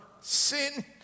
sin